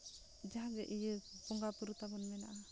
ᱡᱟᱦᱟᱸᱜᱮ ᱤᱭᱟᱹ ᱵᱚᱸᱜᱟᱼᱵᱩᱨᱩ ᱛᱟᱵᱚᱱ ᱢᱮᱱᱟᱜᱼᱟ